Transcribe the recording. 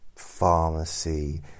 pharmacy